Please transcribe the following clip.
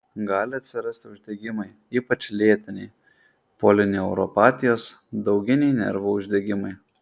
gali atsirasti uždegimai ypač lėtiniai polineuropatijos dauginiai nervų uždegimai